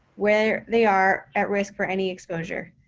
where they are at risk for any exposure.